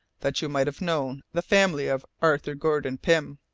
that you might have known the family of arthur gordon pym.